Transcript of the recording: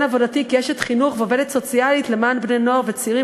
עבודתי כאשת חינוך ועובדת סוציאלית למען בני-נוער וצעירים